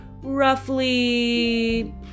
roughly